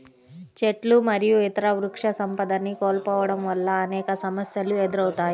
చెట్లు మరియు ఇతర వృక్షసంపదని కోల్పోవడం వల్ల అనేక సమస్యలు ఎదురవుతాయి